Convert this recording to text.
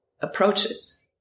approaches